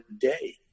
day